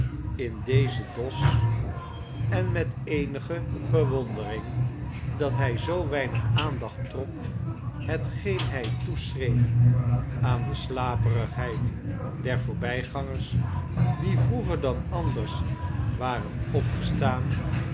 in dezen dos en met eenige verwondering dat hij zoo weinig aandacht trok hetgeen hij toeschreef aan de slaperigheid der voorbij gangers die vroeger dan anders waren'opgestaan